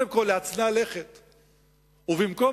קודם כול להצנע לכת.